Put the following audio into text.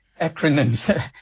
acronyms